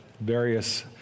various